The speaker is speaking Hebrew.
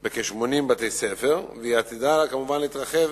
בכ-80 בתי-ספר, והיא עתידה כמובן להתרחב